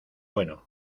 bueno